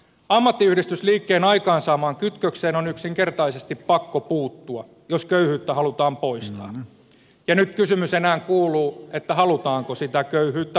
ammattiyhdistysliikkeen aikaansaamaan kytkökseen on yksinkertaisesti pakko puuttua jos köyhyyttä halutaan poistaa ja nyt kysymys enää kuuluu halutaanko sitä köyhyyttä poistaa